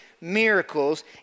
miracles